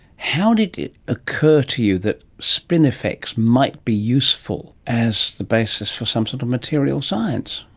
how did it occur to you that spinifex might be useful as the basis for some sort of material science?